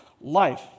life